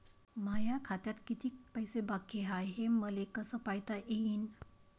माया खात्यात कितीक पैसे बाकी हाय हे मले कस पायता येईन?